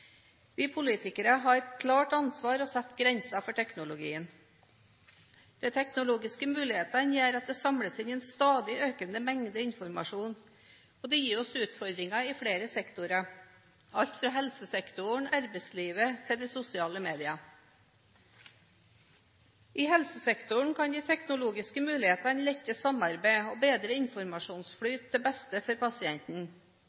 Vi politikere har et klart ansvar for å sette grenser for teknologien. De teknologiske mulighetene gjør at det samles inn en stadig økende mengde informasjon. Det gir oss utfordringer i flere sektorer – i alt fra helsesektoren, arbeidslivet og til sosiale medier. I helsesektoren kan de teknologiske mulighetene lette samarbeidet og bedre